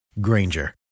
Granger